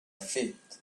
feet